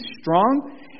strong